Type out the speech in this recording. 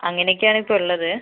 അങ്ങനെ ഒക്കെ ആണ് ഇപ്പം ഉള്ളത്